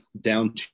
down